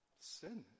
sin